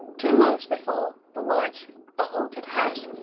two months before, the words a haunted house,